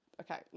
okay